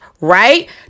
right